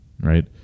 right